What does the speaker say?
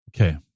Okay